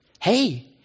hey